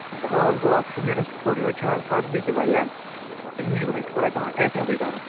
دوا حظ گوٚو اَتھ چھُ نیران اَسہِ فُڈ یِہُس چھِ آز سردی تہِ وارِیاہ اَمہِ موٗجوٗب حظ تھوڑا پٮ۪وان احتِیاطٕے کَرُن